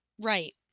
right